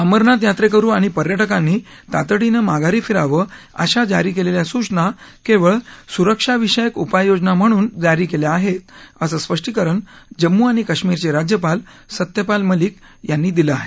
अमरनाथ यात्रेकरु आणि पर्यटकांनी तातडीनं माघारी फिरावं अशा जारी केलेल्या सूचना केवळ सुरक्षाविषयक उपाययोजना म्हणून जारी केल्या आहेत असं स्पष्टीकरण जम्मू आणि काश्मीरचे राज्यपाल सत्यपाल मलिक यांनी दिलं आहे